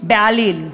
בעליל,